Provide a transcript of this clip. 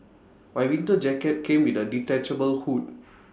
my winter jacket came with A detachable hood